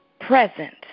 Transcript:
present